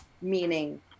meaning